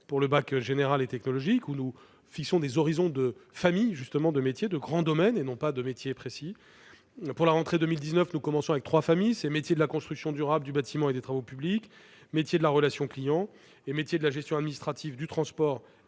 pour le bac général et technologique, où nous fixons des horizons de grands domaines, et non de métiers précis. Pour la rentrée de 2019, nous commençons par trois familles : métiers de la construction durable, du bâtiment et des travaux publics, métiers de la relation client et métiers de la gestion administrative, du transport